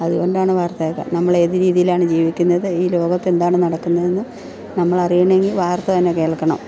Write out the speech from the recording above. അതുകൊണ്ടാണ് വാർത്ത കേൾക്കാൻ നമ്മൾ ഏത് രീതിയിലാണ് ജീവിക്കുന്നത് ഈ ലോകത്ത് എന്താണ് നടക്കുന്നതെന്നും നമ്മൾ അറിയണമെങ്കിൽ വാർത്ത തന്നെ കേൾക്കണം